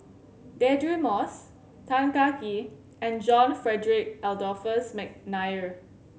Deirdre Moss Tan Kah Kee and John Frederick Adolphus McNair